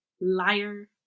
Liar